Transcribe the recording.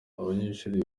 abanyeshuli